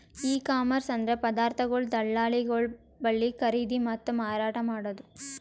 E commerce ಅಂದ್ರ ಪದಾರ್ಥಗೊಳ್ ದಳ್ಳಾಳಿಗೊಳ್ ಬಲ್ಲಿ ಖರೀದಿ ಮತ್ತ್ ಮಾರಾಟ್ ಮಾಡದು